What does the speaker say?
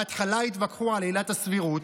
בהתחלה התווכחו על עילת הסבירות,